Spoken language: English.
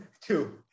two